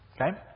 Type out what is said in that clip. okay